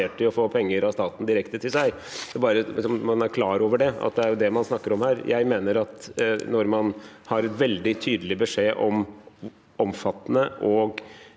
i å få penger av staten direkte til seg – bare så man er klar over at det er det man snakker om her. Jeg mener at når man har en veldig tydelig beskjed om omfattende og